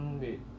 wait